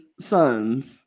sons